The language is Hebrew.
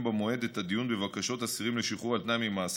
במועד את הדיון בבקשות אסירים לשחרור על תנאי ממאסר,